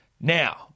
Now